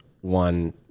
one